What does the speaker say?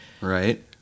Right